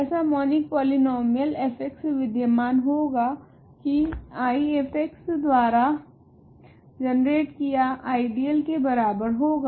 ऐसा monic polynomial f विध्यमान होगा की I f द्वारा जनरेट किया आइडियल के बराबर होगा